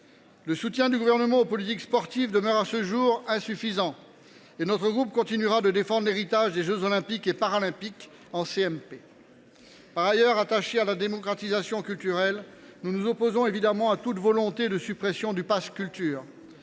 Le soutien du Gouvernement aux politiques sportives demeure à ce jour insuffisant. Notre groupe continuera de défendre l’héritage des jeux Olympiques et Paralympiques en commission mixte paritaire. Par ailleurs, attachés à la démocratisation culturelle, nous nous opposons évidemment à toute volonté de suppression du pass Culture,